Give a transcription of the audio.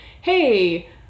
hey